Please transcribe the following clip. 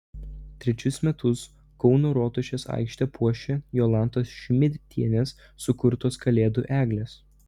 trečius metus kauno rotušės aikštę puošia jolantos šmidtienės sukurtos kalėdų eglės